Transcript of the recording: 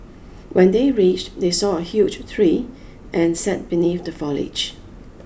when they reached they saw a huge tree and sat beneath the foliage